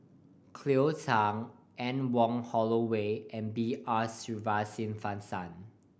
Cleo Thang Anne Wong Holloway and B R Sreenivasan